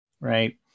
right